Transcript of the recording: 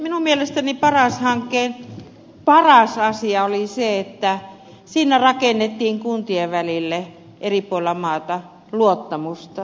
minun mielestäni paras hankkeen paras asia oli se että siinä rakennettiin kuntien välille eri puolilla maata luottamusta